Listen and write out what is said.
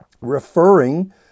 referring